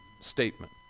statement